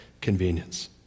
convenience